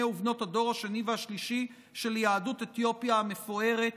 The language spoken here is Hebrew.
ובנות הדור השני והשלישי של יהדות אתיופיה המפוארת,